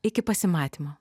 iki pasimatymo